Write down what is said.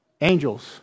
Angels